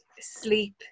sleep